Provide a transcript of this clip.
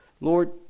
Lord